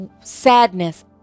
sadness